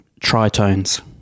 tritones